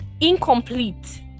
incomplete